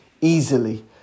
easily